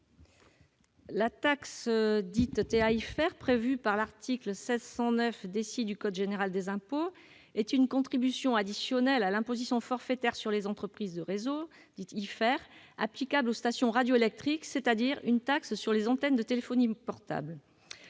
La taxe dite « TA-IFER », prévue par l'article 1609 du code général des impôts, est une contribution additionnelle à l'imposition forfaitaire sur les entreprises de réseaux, l'IFER, applicable aux stations radioélectriques- c'est donc une taxe sur les antennes de téléphonie portable.